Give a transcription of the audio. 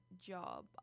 job